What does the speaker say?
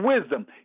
wisdom